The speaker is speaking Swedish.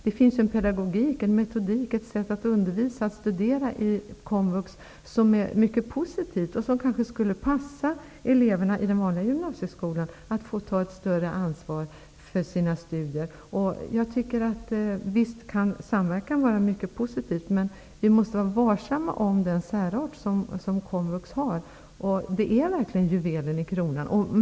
Det finns i komvux en pedagogik, en metodik och ett sätt att undervisa och studera som har ett mycket posivt värde. Det skulle kanske passa också eleverna i den vanliga gymnasieskolan att få ta ett större ansvar för sina studier. Visst kan samverkan vara mycket positiv, men vi måste vara varsamma om den särart som komvux har. Den är verkligen juvelen i kronan.